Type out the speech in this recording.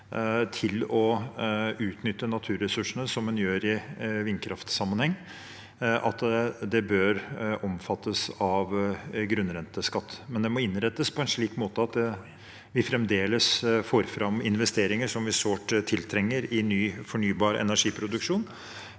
til å utnytte naturressursene, som en gjør i vindkraftssammenheng, bør det omfattes av grunnrenteskatt, men det må innrettes på en slik måte at vi fremdeles får fram investeringer som vi sårt trenger i ny fornybar energiproduksjon.